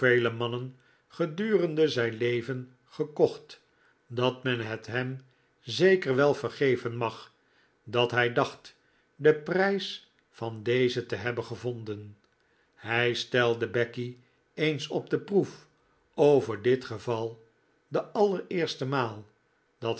gedurende zijn leven gekocht dat men het hem zeker wel vergeven mag dat hij dacht den prijs van dezen te hebben gevonden hij stelde becky eens op de proef over dit geval de allereerste maal dat